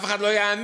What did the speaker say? אף אחד לא יאמין: